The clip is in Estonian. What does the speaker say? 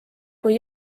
kui